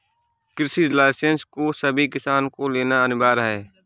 कृषि लाइसेंस को सभी किसान को लेना अनिवार्य है